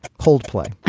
coldplay